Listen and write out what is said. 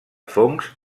fongs